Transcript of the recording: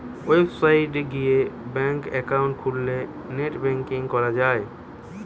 website গিয়ে bank account খুললে net banking করা যায়